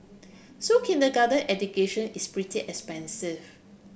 so kindergarten education is pretty expensive